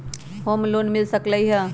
Home loan मिल सकलइ ह?